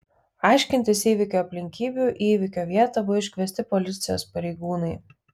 aiškintis įvykio aplinkybių į įvykio vietą buvo iškviesti policijos pareigūnai